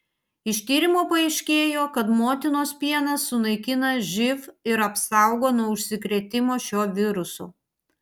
iš tyrimo paaiškėjo kad motinos pienas sunaikina živ ir apsaugo nuo užsikrėtimo šiuo virusu